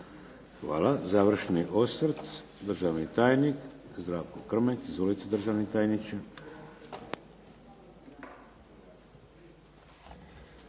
Hvala. Završni osvrt, državni tajnik Zdravko Krmek. Izvolite državni tajniče.